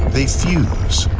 they fuse.